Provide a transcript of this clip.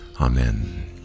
Amen